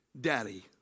Daddy